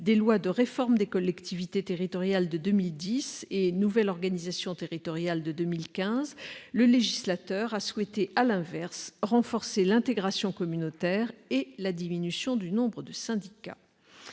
de la loi de réforme des collectivités territoriales de 2010 et de la loi Nouvelle organisation territoriale de la République de 2015, le législateur a souhaité à l'inverse renforcer l'intégration communautaire et la diminution du nombre de syndicats.